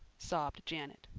sobbed janet.